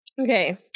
Okay